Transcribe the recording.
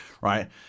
right